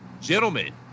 Gentlemen